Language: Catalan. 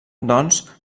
doncs